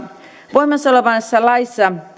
voimassa olevassa laissa